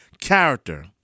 character